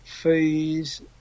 fees